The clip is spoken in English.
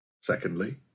Secondly